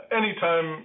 anytime